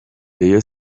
rayon